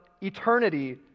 eternity